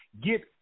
get